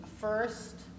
first